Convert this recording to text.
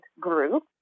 group